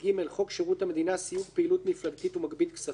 חוק שירות המדינה (סיוג פעילות מפלגתית ומגבית כספים); (ד)